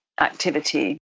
activity